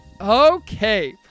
Okay